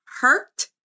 hurt